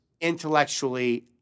intellectually